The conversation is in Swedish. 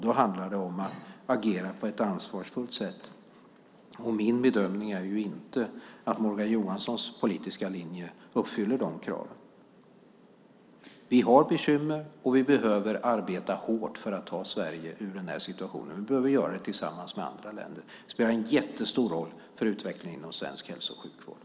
Då gäller det att agera på ett ansvarsfullt sätt. Min bedömning är att Morgan Johanssons politiska linje inte uppfyller de kraven. Vi har bekymmer, och vi behöver arbeta hårt för att ta Sverige ur denna situation. Vi behöver göra det tillsammans med andra länder. Det spelar stor roll för utvecklingen inom svensk hälso och sjukvård.